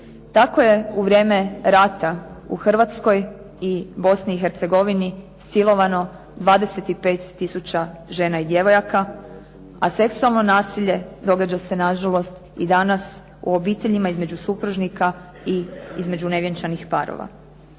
Tako je u vrijeme rata u Hrvatskoj i Bosni i Hercegovini silovano 25000 žena i djevojaka, a seksualno nasilje događa se na žalost i danas u obiteljima između supružnika i između nevjenčanih parova.